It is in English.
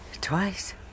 twice